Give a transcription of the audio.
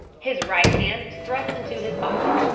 his right hand was thrust into his pocket.